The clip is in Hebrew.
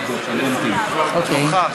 אוקיי.